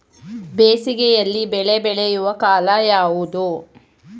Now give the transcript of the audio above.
ಬೇಸಿಗೆ ಯಲ್ಲಿ ಬೆಳೆ ಬೆಳೆಯುವ ಕಾಲ ಯಾವುದು?